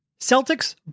Celtics